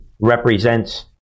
represents